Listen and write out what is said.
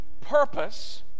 purpose